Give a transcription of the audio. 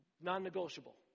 Non-negotiable